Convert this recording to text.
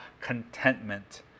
contentment